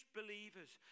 believers